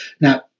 now